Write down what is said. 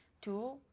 Two